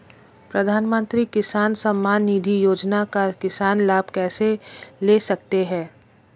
प्रधानमंत्री किसान सम्मान निधि योजना का किसान लाभ कैसे ले सकते हैं?